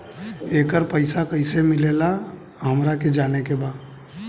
येकर पैसा कैसे मिलेला हमरा के जाने के बा?